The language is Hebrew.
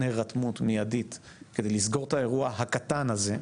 הרתמות מידית כדי לסגור את האירוע הקטן הזה,